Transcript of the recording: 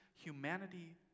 humanity